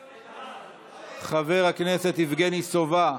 חבר הכנסת יבגני סובה,